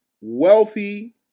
wealthy